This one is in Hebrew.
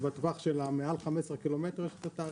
זה אפילו יותר טוב